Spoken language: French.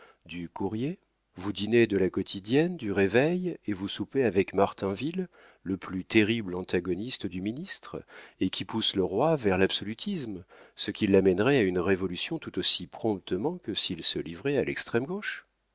du courrier vous dînez de la quotidienne du réveil et vous soupez avec martinville le plus terrible antagoniste du ministère et qui pousse le roi vers l'absolutisme ce qui l'amènerait à une révolution tout aussi promptement que s'il se livrait à l'extrême